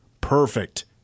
perfect